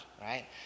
right